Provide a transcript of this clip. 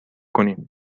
کنین